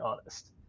honest